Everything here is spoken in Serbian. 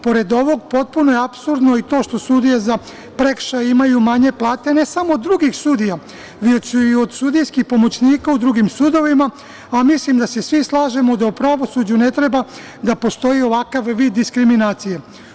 Pored ovog potpuno je apsurdno i to što sudije za prekršaj imaju manje plate, ne samo drugih sudija, već i od sudijskih pomoćnika u drugim sudovima, a mislim da se svi slažemo da u pravosuđu ne treba da postoji ovakav vid diskriminacije.